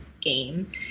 game